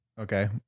Okay